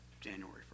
january